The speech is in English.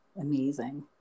amazing